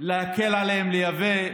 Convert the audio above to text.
נקל עליהם לייבא.